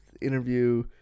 interview